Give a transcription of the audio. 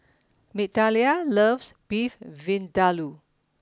Migdalia loves Beef Vindaloo